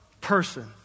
person